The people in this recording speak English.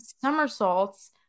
somersaults